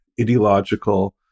ideological